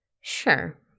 Sure